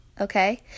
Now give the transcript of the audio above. Okay